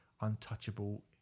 untouchable